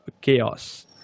chaos